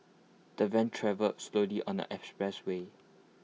the van travelled slowly on the expressway